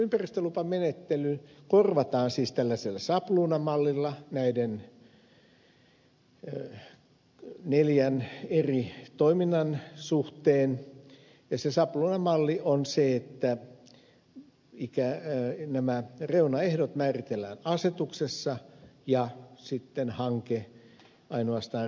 ympäristölupamenettely korvataan siis tällaisella sabluunamallilla näiden neljän eri toiminnan suhteen ja se sabluunamalli on se että nämä reunaehdot määritellään asetuksessa ja sitten hanke ainoastaan rekisteröidään